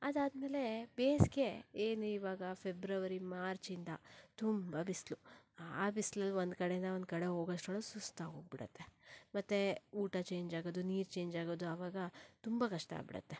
ಅದಾದ ಮೇಲೆ ಬೇಸಿಗೆ ಏನಿವಾಗ ಫೆಬ್ರವರಿ ಮಾರ್ಚಿಂದ ತುಂಬ ಬಿಸಿಲು ಆ ಬಿಸಿಲಲ್ಲಿ ಒಂದು ಕಡೆಯಿಂದ ಒಂದು ಕಡೆ ಹೋಗೋಷ್ಟ್ರೊಳಗೆ ಸುಸ್ತಾಗಿ ಹೋಗ್ಬಿಡತ್ತೆ ಮತ್ತೆ ಊಟ ಚೇಂಜ್ ಆಗೋದು ನೀರು ಚೇಂಜ್ ಆಗೋದು ಆವಾಗ ತುಂಬ ಕಷ್ಟ ಆಗ್ಬಿಡತ್ತೆ